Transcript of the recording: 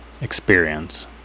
Experience